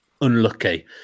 unlucky